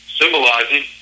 symbolizing